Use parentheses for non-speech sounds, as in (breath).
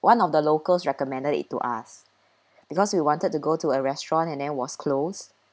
one of the locals recommended it to us (breath) because we wanted to go to a restaurant and then it was closed